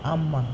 ஆம்மா:aammaa